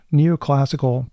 neoclassical